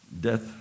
death